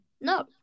No